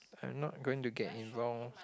I'm not going to get involved